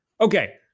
Okay